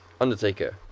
Undertaker